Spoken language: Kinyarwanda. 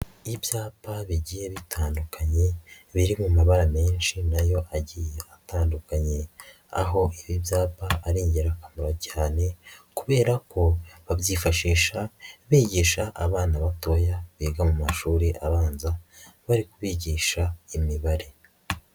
Ibyapa bigiye bitandukanye biri mu mabara menshi na yo agiye atandukanye. Aho ibi byaba ari ingirakamaro cyane kubera ko babyifashisha bigisha abana batoya, biga mu mashuri abanza bari kubigisha imibare.